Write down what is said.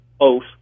oath